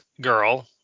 girl